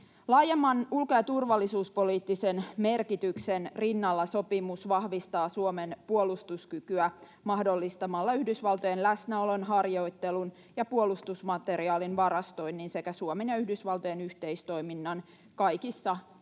Laajemman ulko- ja turvallisuuspoliittisen merkityksen rinnalla sopimus vahvistaa Suomen puolustuskykyä mahdollistamalla Yhdysvaltojen läsnäolon, harjoittelun ja puolustusmateriaalin varastoinnin sekä Suomen ja Yhdysvaltojen yhteistoiminnan kaikissa tilanteissa.